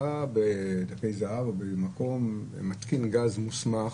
ראה בדפי זהב או באיזה מקום מתקין גז מוסמך,